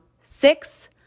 six